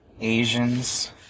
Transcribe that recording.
Asians